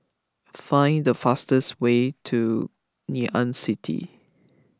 find the fastest way to Ngee Ann City